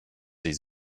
sie